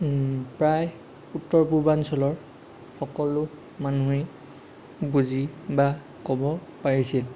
প্ৰায় উত্তৰ পূৰ্বাঞ্চলৰ সকলো মানুহেই বুজি বা ক'ব পাৰিছিল